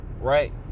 right